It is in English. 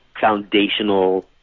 foundational